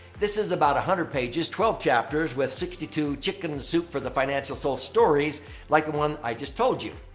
this is about one hundred pages, twelve chapters with sixty two chicken soup for the financial soul stories like the one i just told you.